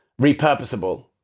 repurposable